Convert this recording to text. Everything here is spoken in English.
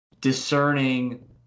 discerning